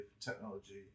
technology